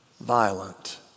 violent